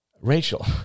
Rachel